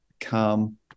calm